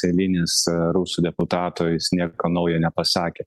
pirminis rusų deputato jis nieko naujo nepasakė